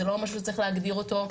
זה לא משהו שצריך להגדיר אותו,